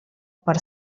per